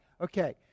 Okay